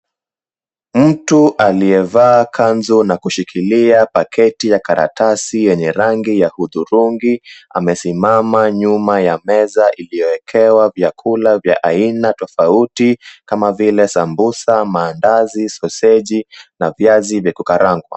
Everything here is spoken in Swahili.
Mtu aliyevaa kanzu na kushikilia paketi ya karatasi yenye rangi ya hudhurungi. Amesimama nyuma ya meza ilioekewa vyakula vya aina tofauti kama vile; sambusa, maandazi, soseji na viazi vya kukarangwa.